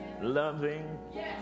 loving